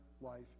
life